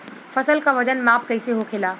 फसल का वजन माप कैसे होखेला?